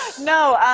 no,